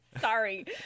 Sorry